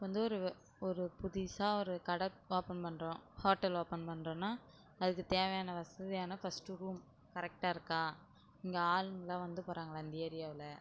இப்போ வந்து ஒரு ஒரு புதிசாக ஒரு கடை ஓப்பன் பண்ணுறோம் ஹோட்டல் ஓப்பன் பண்ணுறோனா அதுக்குத் தேவையான வசதியான ஃபஸ்ட்டு ரூம் கரெக்டாக இருக்கா இங்கே ஆளுங்கள்லாம் வந்து போகிறாங்களா இந்த ஏரியாவில்